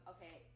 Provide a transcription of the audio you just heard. Okay